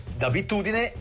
d'abitudine